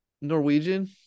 norwegian